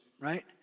right